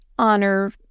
honor